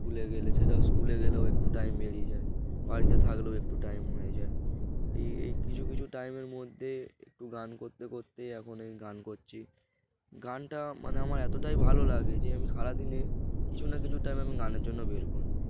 স্কুলে গেলে সেটাও স্কুলে গেলেও একটু টাইম বেরিয়ে যায় বাড়িতে থাকলেও একটু টাইম হয়ে যায় এই এই কিছু কিছু টাইমের মধ্যে একটু গান করতে করতে এখন এই গান করছি গানটা মানে আমার এতটাই ভালো লাগে যে আমি সারাদিনে কিছু না কিছু টাইম আমি গানের জন্য বের করে নিই